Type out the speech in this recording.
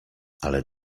ale